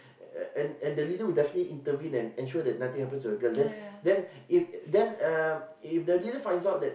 and and the leader will definitely intervene and ensure that nothing happens to the girl then then if then uh if the leader finds out that